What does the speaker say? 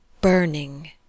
burning